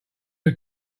new